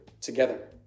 together